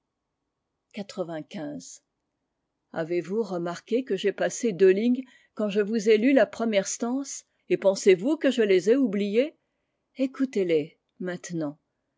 avez-vous remarqué quej'ai passé deux lignes quand je vous ai lu la première stance et pensezvous que je les aie oubliées ecoutez les maintenant